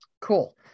Cool